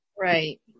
Right